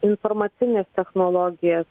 informacines technologijas